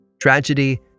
tragedy